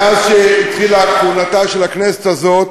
מאז התחילה כהונתה של הכנסת הזאת,